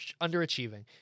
underachieving